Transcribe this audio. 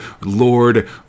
Lord